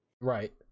right